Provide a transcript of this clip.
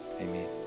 Amen